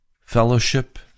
fellowship